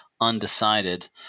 undecided